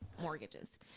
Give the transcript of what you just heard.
mortgages